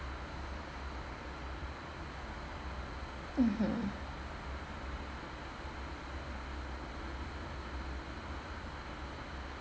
mmhmm